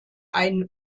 ein